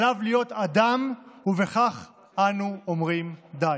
עליו להיות אדם ובכך אנו אומרים די".